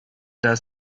das